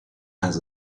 has